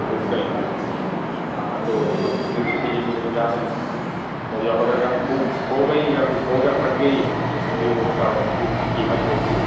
بک کا حساب ہاں تو آپ کتنے دن کے لیے لے کے جا رہے ہیں تو جب اگر بک کھو گئی یا کچھ ہوگیا پھٹ گئی پھر اس کا بک کی قیمت جو ہوگی